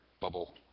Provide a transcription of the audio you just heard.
bubble